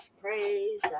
praise